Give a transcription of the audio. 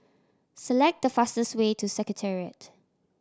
select the fastest way to Secretariat